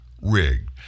rigged